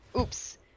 Oops